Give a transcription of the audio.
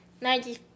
ninety